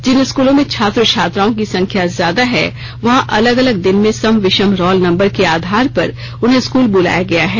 जिन स्कूलों में छात्र छात्राओं की संख्या ज्यादा है वहां अलग अलग दिन में सम विषम रोल नंबर के आधार पर उन्हें स्कूल बुलाया गया है